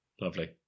lovely